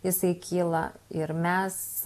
jisai kyla ir mes